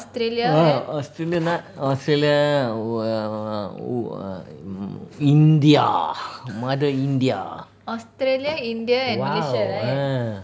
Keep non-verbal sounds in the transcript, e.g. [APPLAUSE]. au~ australia [LAUGHS] australia [LAUGHS] ooh err mm india mother india !wow! ah